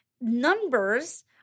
numbers